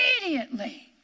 Immediately